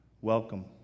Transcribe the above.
welcome